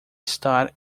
estar